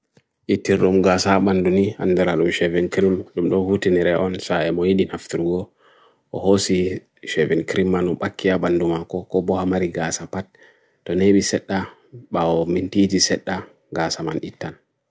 Itirum gasabanduni andralu 7krim, dumdohuti nireon sa emoidi nafthruo, hohosi 7krim manu pakia bandunga ko ko bohamari gasapat, donnebi seta bao mintiti seta gasaman itan.